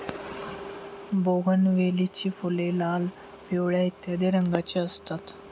बोगनवेलीची फुले लाल, पिवळ्या इत्यादी रंगांची असतात